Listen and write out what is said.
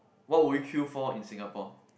what would you queue for in Singapore